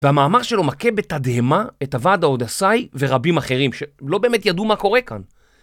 והמאמר שלו מקבל תדהמה את הוועד האודסאי ורבים אחרים שלא באמת ידעו מה קורה כאן.